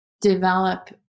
develop